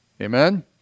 Amen